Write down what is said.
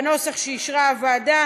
בנוסח שאישרה הוועדה.